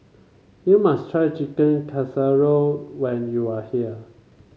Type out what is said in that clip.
you must try Chicken Casserole when you are here